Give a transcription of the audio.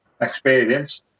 experience